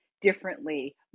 differently